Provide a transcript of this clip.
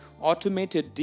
automated